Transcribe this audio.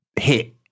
hit